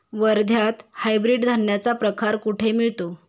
वर्ध्यात हायब्रिड धान्याचा प्रकार कुठे मिळतो?